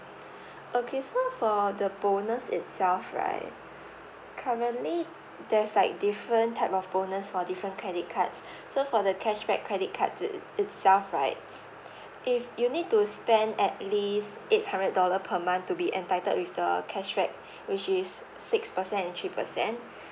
okay so for the bonus itself right currently there's like different type of bonus for different credit cards so for the cashback credit cards it~ itself right if you need to spend at least eight hundred dollar per month to be entitled with the cashback which is six percent and three percent